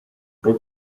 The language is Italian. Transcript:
per